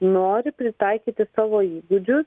nori pritaikyti savo įgūdžius